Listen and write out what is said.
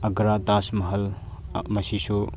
ꯑꯒ꯭ꯔꯥ ꯇꯥꯖ ꯃꯍꯜ ꯃꯁꯤꯁꯨ